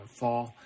fall